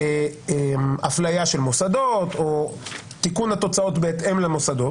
הפליה של מוסדות או תיקון התוצאות בהתאם למוסדות.